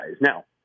Now